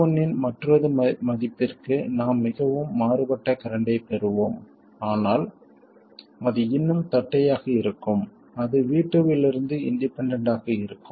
V1 இன் மற்றொரு மதிப்பிற்கு நாம் மிகவும் மாறுபட்ட கரண்ட்டைப் பெறுவோம் ஆனால் அது இன்னும் தட்டையாக இருக்கும் அது V2 லிருந்து இண்டிபெண்டண்ட் ஆக இருக்கும்